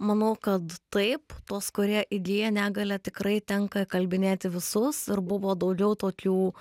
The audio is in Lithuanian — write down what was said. manau kad taip tuos kurie įgyja negalią tikrai tenka įkalbinėti visus ir buvo daugiau tokių